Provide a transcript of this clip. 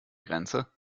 grenze